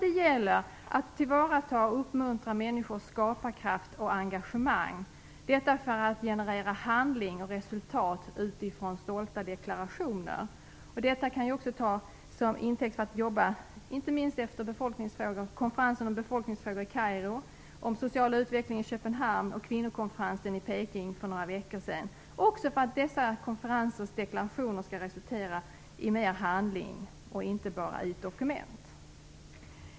Det gäller att tillvarata och uppmuntra människors skaparkraft och engagemang för att generera handling och resultat utifrån stolta deklarationer. Detta kan också tas som intäkt för att jobba, inte minst efter konferensen om befolkningsfrågor i Kairo, konferensen om social utveckling i Köpenhamn och kvinnokonferensen i Peking för några veckor sedan, också för att dessa konferensers deklarationer skall resultera mer i handling och inte bara i dokument.